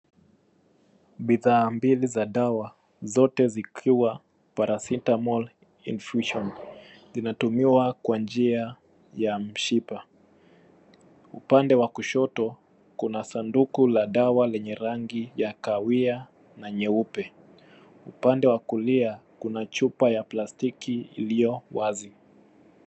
Bidhaa mbili za dawa, zote zikiwa Paracetamol Infusion, zinatumiwa kwa njia ya mshipa. Upande wa kushoto kuna sanduku la dawa lenye rangi ya kahawia na nyeupe, upande wa kulia kuna chupa ya plastiki iliyowazi.